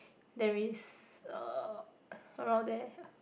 there is uh around there